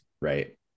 right